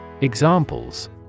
Examples